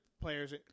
players